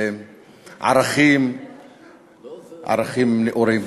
לערכים נאורים.